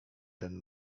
ten